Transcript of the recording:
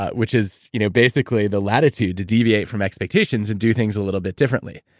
ah which is, you know basically, the latitude to deviate from expectations and do things a little bit differently.